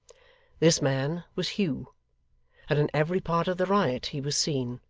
this man was hugh and in every part of the riot, he was seen.